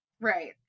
Right